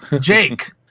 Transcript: Jake